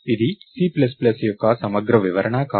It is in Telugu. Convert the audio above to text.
ఇది C ప్లస్ ప్లస్ యొక్క సమగ్ర వివరణ కాదు